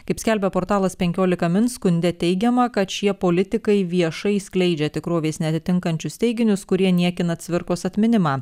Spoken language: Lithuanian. kaip skelbia portalas penkiolika min skunde teigiama kad šie politikai viešai skleidžia tikrovės neatitinkančius teiginius kurie niekina cvirkos atminimą